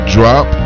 Drop